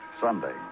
Sunday